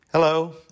Hello